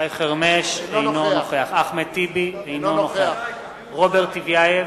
אינו נוכח אחמד טיבי, אינו נוכח רוברט טיבייב,